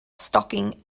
stalking